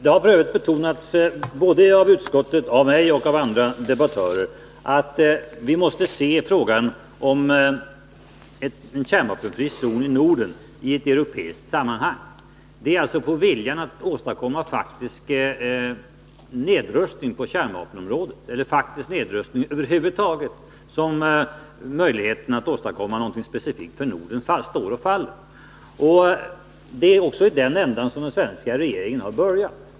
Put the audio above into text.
Det har f. ö. betonats av utskottet, av mig och av andra debattörer att vi måste se frågan om en kärnvapenfri zon i Norden i ett europeiskt sammanhang. Viljan att åstadkomma en faktisk nedrustning på kärnvapenområdet eller faktisk nedrustning över huvud avgör om det kan åstadkommas någonting specifikt för Norden. Det är också i den ändan som den svenska regeringen har börjat.